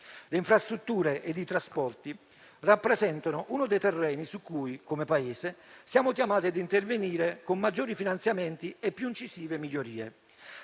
Le infrastrutture ed i trasporti rappresentano uno dei terreni su cui, come Paese, siamo chiamati ad intervenire con maggiori finanziamenti e più incisive migliorie.